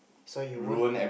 so you won't